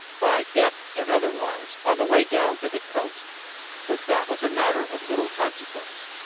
by death and otherwise, on the way down to the coast but that was a matter of little consequence.